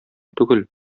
түгел